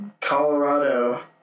Colorado